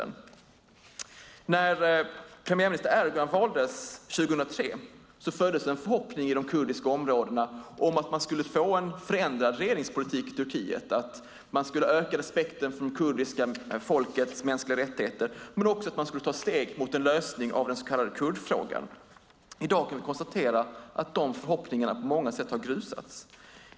När premiärminister Erdogan valdes 2003 föddes en förhoppning i de kurdiska områdena om att man skulle få en förändrad regeringspolitik i Turkiet, att man skulle öka respekten för det kurdiska folkets mänskliga rättigheter men också att man skulle ta steg mot en lösning av den så kallade kurdfrågan. I dag kan vi konstatera att dessa förhoppningar på många sätt har grusats.